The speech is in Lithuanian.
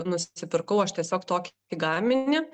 nusipirkau aš tiesiog tokį gaminį